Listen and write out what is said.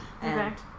Correct